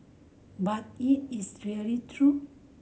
but is it really true